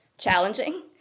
Challenging